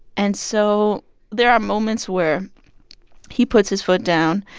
and so there are moments where he puts his foot down,